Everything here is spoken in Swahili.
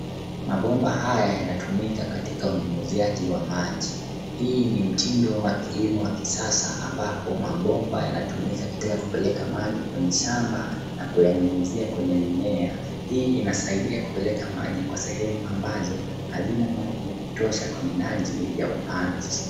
Mabomba haya yanatumika katika unyunyiziaji wa maji. Hii ni mtindo wa kilimo wa kisasa ambapo mabomba yanatumika katika kupeleka maji kwenye shamba na kuyanyunyizia kwenye mimea. Hii inasaidia kupeleka maji kwa sehemu ambazo hazina maji ya kutosha kwa minajili ya upanzi.